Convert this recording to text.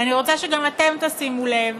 ואני רוצה שגם אתם תשימו לב,